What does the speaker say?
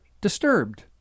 disturbed